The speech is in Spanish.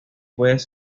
puedes